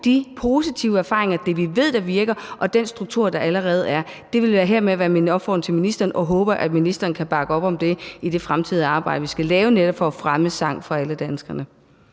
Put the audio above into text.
de positive erfaringer – det, vi ved virker, og den struktur, der allerede er. Det vil hermed være min opfordring til ministeren, og jeg håber, at ministeren kan bakke op om det i det fremtidige arbejde, vi skal lave, for netop at fremme sang for alle danskere.